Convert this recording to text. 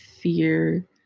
fear